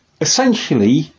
Essentially